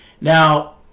now